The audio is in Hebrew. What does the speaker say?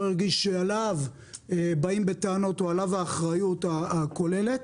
הרגיש שאליו באים בטענות או שעליו האחריות הכוללת.